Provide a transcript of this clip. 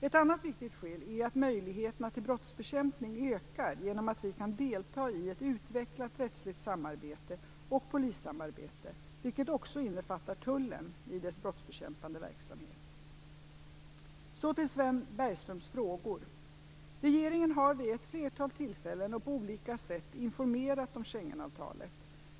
Ett annat viktigt skäl är att möjligheterna till brottsbekämpning ökar genom att vi kan delta i ett utvecklat rättsligt samarbete och polissamarbete, vilket också innefattar tullen i dess brottsbekämpande verksamhet. Så till Sven Bergströms frågor. Regeringen har vid ett flertal tillfällen och på olika sätt informerat om Schengenavtalet.